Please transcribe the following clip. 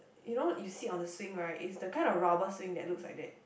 you know you sit on the swing right is the kind of rubber swing that looks like that